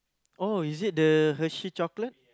oh is it the Hershey chocolate